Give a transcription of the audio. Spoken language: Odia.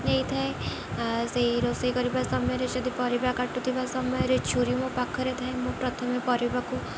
ନେଇଥାଏ ସେଇ ରୋଷେଇ କରିବା ସମୟରେ ଯଦି ପରିବା କାଟୁଥିବା ସମୟରେ ଛୁରୀ ମୋ ପାଖରେ ଥାଏ ମୁଁ ପ୍ରଥମେ ପରିବାକୁ